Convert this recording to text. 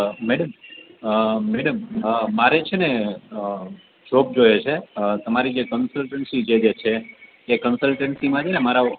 madam madam મારે છેને job જોઈએ છે તમારી જે કન્સલ્ટન્સી જેજે છે જે કન્સલ્ટન્સીમાં છેને મારા